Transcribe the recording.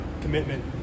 commitment